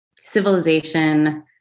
civilization